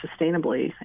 sustainably